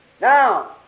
Now